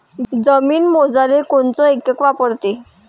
जमीन मोजाले कोनचं एकक वापरते?